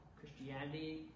Christianity